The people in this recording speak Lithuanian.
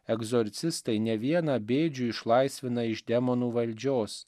egzorcistai ne vieną bėdžių išlaisvina iš demonų valdžios